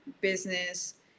business